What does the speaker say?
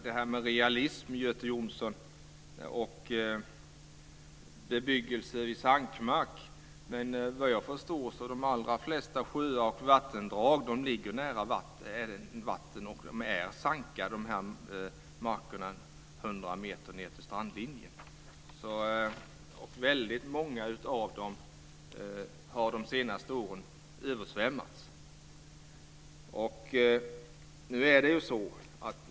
Fru talman! Göte Jonsson talar om realism och bebyggelse på sankmark. Vad jag förstår är markerna inom 100 meter ned till strandlinjen vid de allra flesta sjöar och vattendrag sanka. Väldigt många av dem har översvämmats de senaste åren.